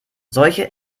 solche